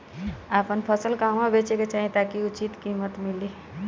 आपन फसल कहवा बेंचे के चाहीं ताकि उचित कीमत मिली?